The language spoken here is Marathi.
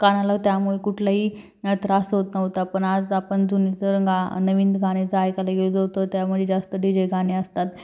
कानाला त्यामुळे कुठलाही त्रास होत नव्हता पण आज आपण जुनेच गा नवीन गाणे जर ऐकायला गेलो तर त्यामुळे जास्त डी जे गाणे असतात